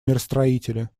миростроители